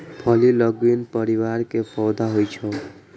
फली लैग्यूम परिवार के पौधा होइ छै